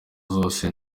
zose